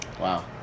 Wow